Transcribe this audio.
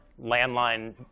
landline